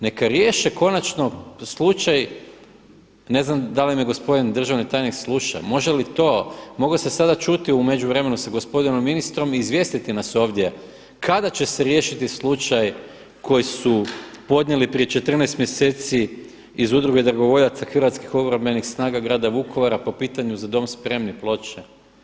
Neka riješe konačno slučaj, ne znam da li me gospodin državni tajnik sluša, može li to, mogao se sada čuti u međuvremenu sa gospodinom ministrom i izvijestiti nas ovdje kada će se riješiti slučaj koji su podnijeli prije 14 mjeseci iz Udruge dragovoljaca hrvatskih obrambenih snaga Grada Vukovara po pitanju „Za dom spremni“ Ploče.